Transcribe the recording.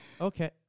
okay